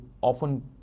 often